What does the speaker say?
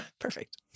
Perfect